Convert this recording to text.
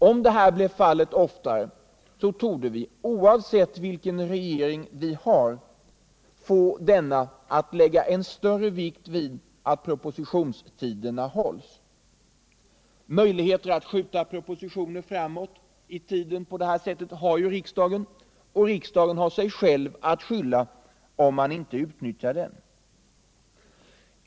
Om detta oftare blev fallet torde vi, oavsett vilken regering vi har, få denna att lägga större vikt vid att propositionstiderna hålls. Möjligheten att på detta sätt skjuta propositioner framåt i tiden har riksdagen, och riksdagen har sig själv att skylla om den inte utnyttjar den.